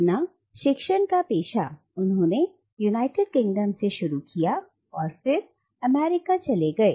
अपना शिक्षण का पेशा उन्होंने यूनाइटेड किंगडम से शुरू किया और फिर अमेरिका चले गए